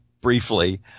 briefly